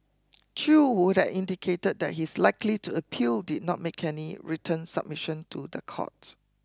Chew who had indicated that he is likely to appeal did not make any written submission to the court